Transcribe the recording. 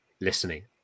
listening